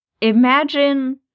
imagine